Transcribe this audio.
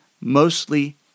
mostly